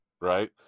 right